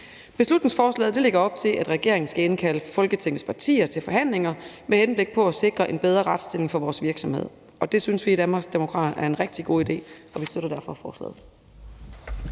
Beslutningsforslaget lægger op til, at regeringen skal indkalde Folketingets partier til forhandlinger med henblik på at sikre en bedre retsstilling for vores virksomheder. Det synes vi i Danmarksdemokraterne er en rigtig god idé, og vi støtter derfor forslaget.